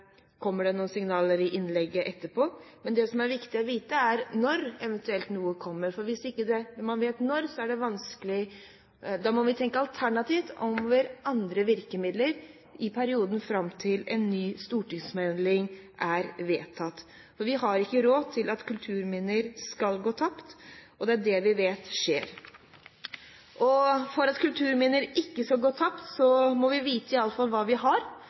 kommer det noen signaler i innlegget etterpå, men det som er viktig å vite, er: Når kommer det eventuelt noe? For hvis man ikke vet når, må vi tenke alternativt på andre virkemidler i perioden fram til en ny stortingsmelding. For vi har ikke råd til at kulturminner skal gå tapt, og det er det vi vet skjer. For at kulturminner ikke skal gå tapt, må vi iallfall vite hva vi har,